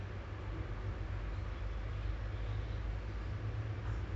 I feel that there is a communication barrier between us lah but